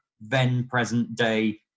then-present-day